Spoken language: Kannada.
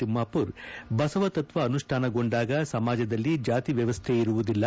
ತಿಮ್ಮಾಪುರ್ ಬಸವ ತತ್ವ ಅನುಷ್ಠಾನಗೊಂಡಾಗ ಸಮಾಜದಲ್ಲಿ ಜಾತಿವ್ಯವಸ್ಠೆ ಇರುವುದಿಲ್ಲ